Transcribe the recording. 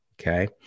Okay